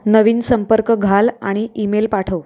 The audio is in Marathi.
नवीन संपर्क घाल आणि ईमेल पाठव